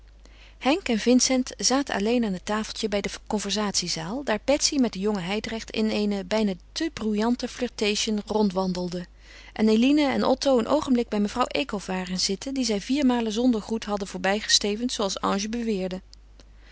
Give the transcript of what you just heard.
henk en vicent zaten alleen aan het tafeltje bij de conversatie zaal daar betsy met den jongen hijdrecht in eene bijna te bruyante flirtation rondwandelde en eline en otto een oogenblik bij mevrouw eekhof waren gaan zitten die zij viermalen zonder groet hadden voorbij gestevend zooals ange beweerde